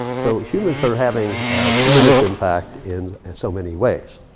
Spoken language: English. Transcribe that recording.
so humans are having tremendous impact in so many ways.